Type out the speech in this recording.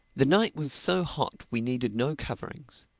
the night was so hot we needed no coverings.